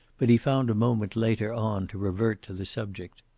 but he found a moment later on to revert to the subject.